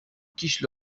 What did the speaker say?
quiche